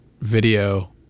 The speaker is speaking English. video